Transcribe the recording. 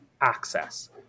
access